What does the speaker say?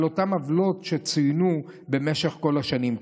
בגין אותן עוולות שצוינו במשך כל השנים,